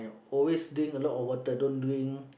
always drink a lot of water don't drink